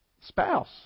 spouse